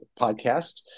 podcast